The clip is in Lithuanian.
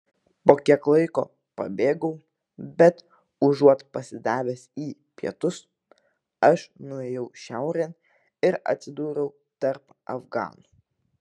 po kiek laiko pabėgau bet užuot pasidavęs į pietus aš nuėjau šiaurėn ir atsidūriau tarp afganų